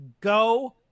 Go